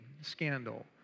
scandal